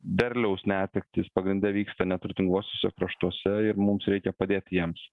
derliaus netektys pagrinde vyksta neturtinguosiuose kraštuose ir mums reikia padėti jiems